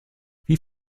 wie